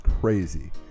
crazy